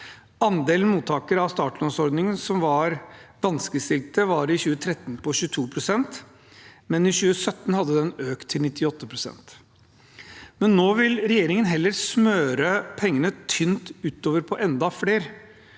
Andelen mottakere av startlånsordningen som var vanskeligstilte, var i 2013 på 22 pst. I 2017 hadde den økt til 98 pst. Nå vil regjeringen heller smøre pengene tynt utover på enda flere.